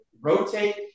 rotate